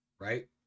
right